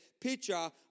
picture